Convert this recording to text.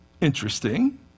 Interesting